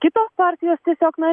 kitos partijos tiesiog na